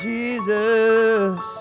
Jesus